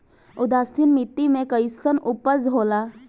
उदासीन मिट्टी में कईसन उपज होला?